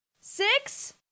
Six